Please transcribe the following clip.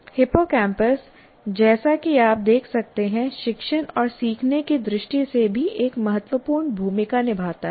hippocampus जैसा कि आप देख सकते हैं शिक्षण और सीखने की दृष्टि से भी एक महत्वपूर्ण भूमिका निभाता है